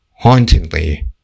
Hauntingly